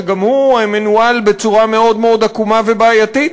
שגם הוא מנוהל בצורה מאוד מאוד עקומה ובעייתית.